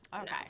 Okay